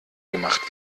gemacht